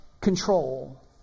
control